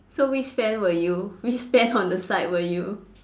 so which fan were you which fan on the side were you